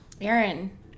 Aaron